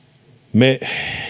me